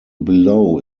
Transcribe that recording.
below